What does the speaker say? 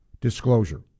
disclosure